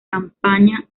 campaña